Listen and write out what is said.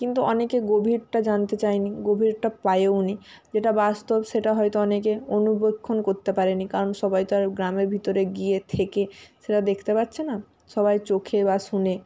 কিন্তু অনেকে গভীরটা জানতে চায় নি গভীরটা পায়ও নি যেটা বাস্তব সেটা হয়তো অনেকে অনুবেক্ষণ করতে পারে নি কারণ সবাই তো আর গ্রামের ভিতরে গিয়ে থেকে সেটা দেখতে পাচ্ছে না সবাই চোখে বা শুনে